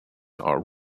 are